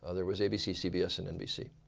ah there was abc, cbs, and nbc.